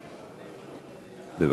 בבקשה.